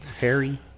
Harry